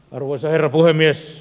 arvoisa herra puhemies